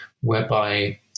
whereby